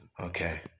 Okay